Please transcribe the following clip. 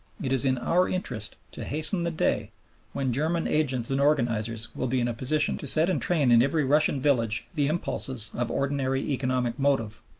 it is in our interest to hasten the day when german agents and organizers will be in a position to set in train in every russian village the impulses of ordinary economic motive.